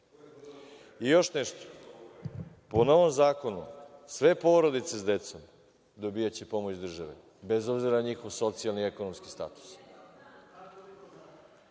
nešto. Po novom zakonu, sve porodice s decom dobijaće pomoć države, bez obzira na njihov socijalni i ekonomski status.(Srđan